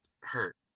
hurt